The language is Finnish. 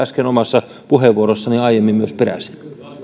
omassa puheenvuorossani aiemmin peräsin